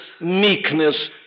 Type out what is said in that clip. meekness